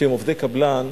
שהם עובדי קבלן,